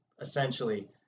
essentially